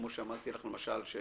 כמו שאמרתי לך למשל?